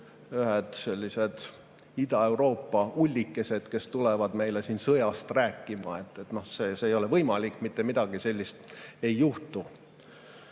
ühed sellised Ida-Euroopa ullikesed, kes tulevad meile sõjast rääkima. See ei ole võimalik, mitte midagi sellist ei juhtu.